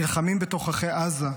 נלחמים בתוככי עזה,